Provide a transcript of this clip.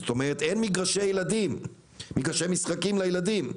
זאת אומרת אין מגרשי משחקים לילדים,